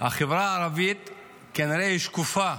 החברה הערבית היא שקופה